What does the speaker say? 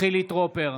חילי טרופר,